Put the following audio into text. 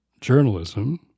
journalism